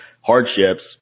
hardships